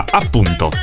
appunto